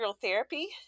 therapy